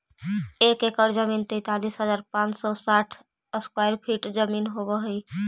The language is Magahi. एक एकड़ जमीन तैंतालीस हजार पांच सौ साठ स्क्वायर फीट जमीन होव हई